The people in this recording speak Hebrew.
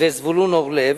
וזבולון אורלב.